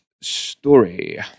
story